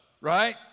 right